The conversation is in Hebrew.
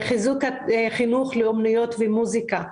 חיזוק החינוך לאומנויות ומוזיקה.